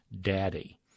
daddy